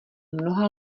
mnoha